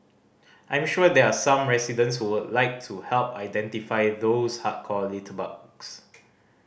I'm sure there are some residents who would like to help identify those hardcore litterbugs